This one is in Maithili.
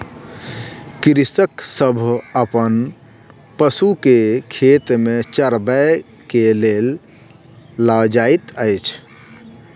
कृषक सभ अपन पशु के खेत में चरबै के लेल लअ जाइत अछि